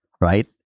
right